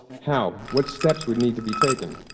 how? what steps would need to be taken?